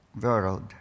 world